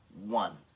one